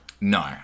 No